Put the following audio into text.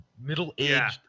Middle-aged